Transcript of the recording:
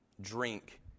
Drink